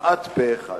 כמעט פה-אחד,